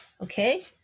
Okay